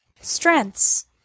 Strengths